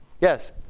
Yes